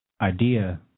idea